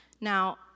Now